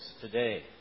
today